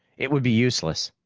it would be useless.